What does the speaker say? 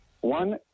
One